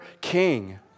King